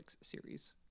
series